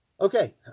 Okay